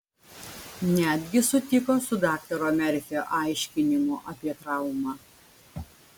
netgi sutiko su daktaro merfio aiškinimu apie traumą